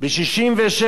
ב-1967